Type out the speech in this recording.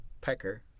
pecker